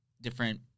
different